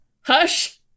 hush